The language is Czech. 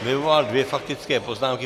Vyvolal dvě faktické poznámky.